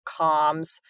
comms